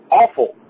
awful